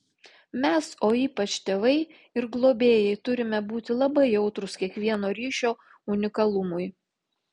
mes o ypač tėvai ir globėjai turime būti labai jautrūs kiekvieno ryšio unikalumui